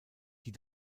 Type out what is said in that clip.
die